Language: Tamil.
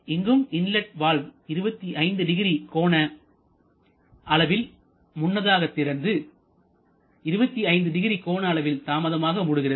இங்கும் இன்லட் வால்வு 250 கோண அளவில் முன்னதாக திறந்து 250 கோண அளவில் தாமதமாக மூடுகிறது